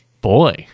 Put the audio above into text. Boy